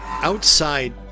Outside